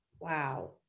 wow